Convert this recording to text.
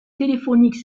téléphonique